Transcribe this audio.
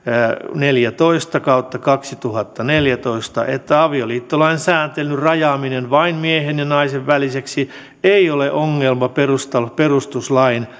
neljätoista kautta kaksituhattaneljätoista että avioliittolain sääntelyn rajaaminen vain miehen ja naisen väliseksi ei ole ongelma perustuslain